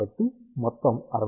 కాబట్టి మొత్తం 600